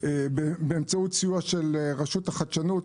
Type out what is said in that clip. באמצעות הסיוע של רשות החדשנות,